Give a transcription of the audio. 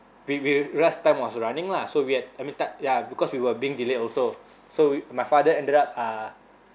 we we realise time was running lah so we ad~ admitted ya because we were being delayed also so my father ended up uh